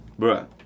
Bruh